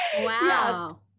wow